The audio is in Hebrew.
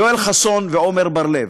יואל חסון ועמר בר-לב.